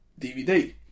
DVD